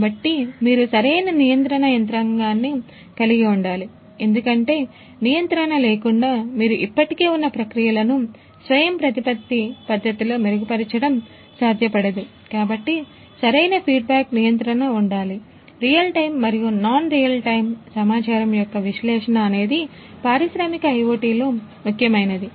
కాబట్టి నేను ముందు చెప్పినట్లు చూడు నియంత్రణ సమాచారం యొక్క విశ్లేషణ అనేది పారిశ్రామిక IoTలో ముఖ్యమైనది